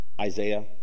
Isaiah